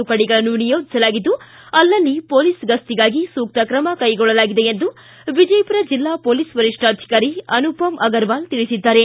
ತುಕುಡಿಗಳನ್ನು ನಿಯೋಜಿಸಲಾಗಿದ್ದು ಅಲ್ಲಲ್ಲಿ ಮೊಲೀಸ್ ಗಸ್ತಿಗಾಗಿ ಸೂಕ್ತ ಕ್ರಮ ಕೈಗೊಳ್ಳಲಾಗಿದೆ ಎಂದು ವಿಜಯಪುರ ಜಿಲ್ಲಾ ಮೊಲೀಸ್ ವರಿಷ್ಠಾಧಿಕಾರಿ ಅನುಪಮ್ ಅಗರವಾಲ್ ತಿಳಿಸಿದ್ದಾರೆ